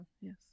Yes